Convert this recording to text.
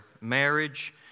marriage